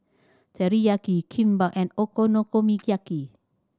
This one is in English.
Teriyaki Kimbap and Okonomiyaki